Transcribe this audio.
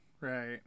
Right